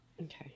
Okay